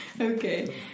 Okay